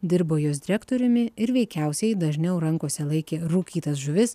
dirbo jos direktoriumi ir veikiausiai dažniau rankose laikė rūkytas žuvis